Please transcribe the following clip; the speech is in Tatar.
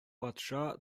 патша